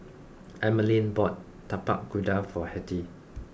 Emmaline bought Tapak Kuda for Hettie